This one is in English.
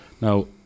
Now